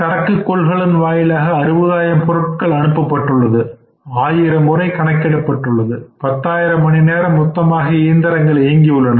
சரக்கு கொள்கலன் வாயிலாக 60 ஆயிரம் பொருட்கள் அனுப்பப்பட்டுள்ளது ஆயிரம் முறை கணக்கிடப்பட்டுள்ளது பத்தாயிரம் மணி நேரம் மொத்தமாக இயந்திரங்கள் இயங்கி உள்ளது